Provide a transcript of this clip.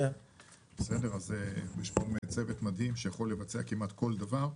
יש פה צוות מדהים שיכול לבצע כמעט כל דבר.